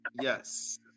Yes